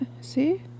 see